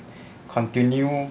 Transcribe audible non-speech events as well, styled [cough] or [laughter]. [noise] continue